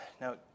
Now